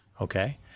Okay